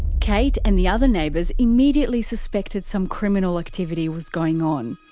kate and the other neighbours immediately suspected some criminal activity was going on.